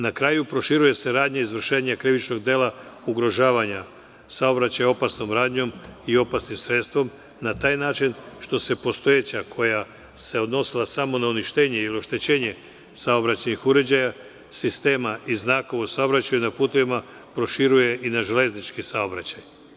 Na kraju, proširuje se radnja izvršenja krivičnog dela ugrožavanja saobraćaja opasnom radnjom i opasnim sredstvom na taj način što se postojeća, koja se odnosila samo na uništenje ili oštećenje saobraćajnih uređaja, sistema i znakova u saobraćaju na putevima, proširuje i na železnički saobraćaj.